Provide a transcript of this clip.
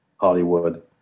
Hollywood